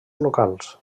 locals